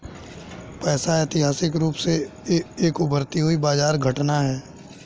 पैसा ऐतिहासिक रूप से एक उभरती हुई बाजार घटना है